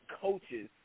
coaches